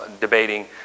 debating